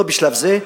לא בשלב זה.